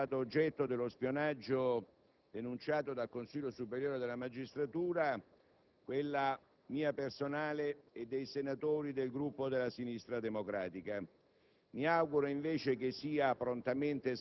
ai magistrati che sono stati oggetto dello spionaggio denunciato dal Consiglio superiore della magistratura, quella mia personale e dei senatori del Gruppo della Sinistra Democratica.